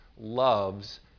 loves